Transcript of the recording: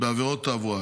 בעבירות תעבורה.